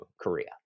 Korea